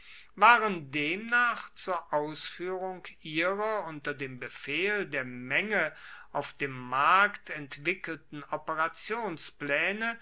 waren demnach zur ausfuehrung ihrer unter dem beifall der menge auf dem markt entwickelten operationsplaene